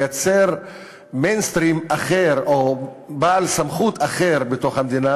לייצר "מיינסטרים" אחר או בעל סמכות אחר בתוך המדינה,